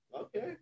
okay